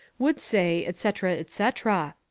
would say, etc, etc.